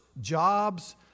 jobs